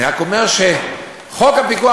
אני רק אומר שחוק הפיקוח,